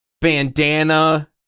Bandana